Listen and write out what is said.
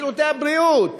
שירותי הבריאות,